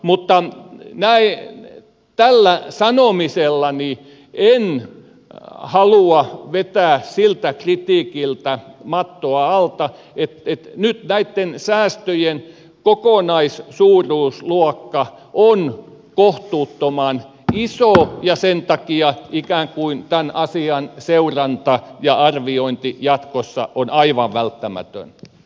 mutta tällä sanomisellani en halua vetää siltä kritiikiltä mattoa alta että nyt näitten säästöjen kokonaissuuruusluokka on kohtuuttoman iso ja sen takia ikään kuin tämän asian seuranta ja arviointi jatkossa on aivan välttämätöntä